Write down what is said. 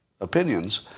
opinions